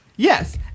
Yes